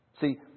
See